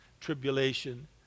Tribulation